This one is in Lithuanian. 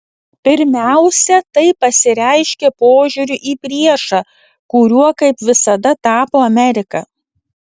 pirmiausia tai pasireiškė požiūriu į priešą kuriuo kaip visada tapo amerika